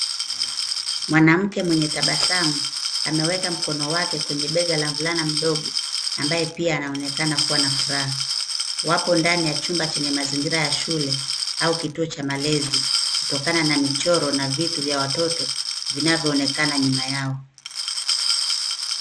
Mwanamke mwenye tabasamu ameweka mkono wake kwenye bega la mvulana mdogo ambaye pia anaonekana kuwa na furaha wako ndani kwenye chumba chenye mazingira ya shule au kituo cha malezi kutokana na michoro na vitu vya watoto vinavyo onekana nyuma yao.